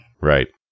Right